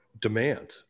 demand